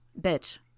Bitch